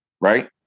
right